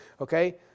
okay